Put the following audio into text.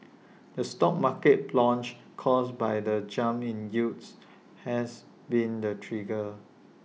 the stock market plunge caused by the jump in yields has been the trigger